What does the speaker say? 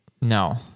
No